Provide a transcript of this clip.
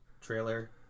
trailer